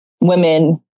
women